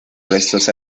restos